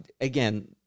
again